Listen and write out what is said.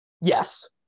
Yes